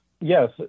Yes